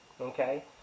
Okay